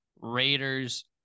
Raiders